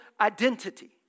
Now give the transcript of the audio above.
identity